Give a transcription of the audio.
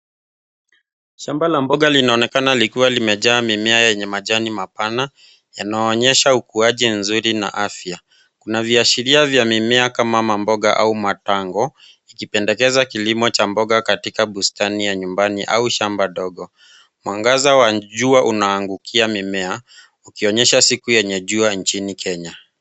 Shamba la mboga linaonekana ikiwa limejaa mimea yenye majani mapana yanayoonyesha ukuaji mzuri na afya. Kuna viashairia vya mimea kama mamboga au matango ukipendekeza kilimo cha mboga katika bustani ya nyumbani au shamba ndogo. Mwangaza wa jua unaangukia mimea ukionyesha siku yenye jua nchini Kenya.